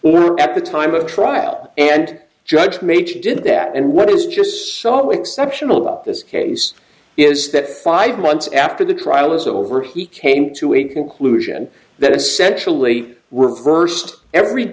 not at the time of trial and judge major did that and what is just so exceptional about this case is that five months after the trial is over he came to a conclusion that essentially reversed every